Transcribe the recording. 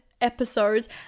episodes